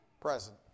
present